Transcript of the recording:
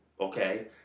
Okay